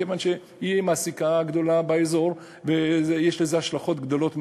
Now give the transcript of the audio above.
כיוון שהיא המעסיקה הגדולה באזור ויש לזה השלכות גדולות מאוד.